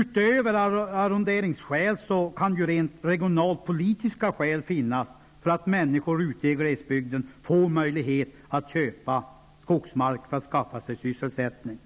Utöver arronderingsskäl kan rent regionalpolitiska skäl finnas för att människor i glesbygden får möjlighet att köpa skogsmark och skaffa sig sysselsättning.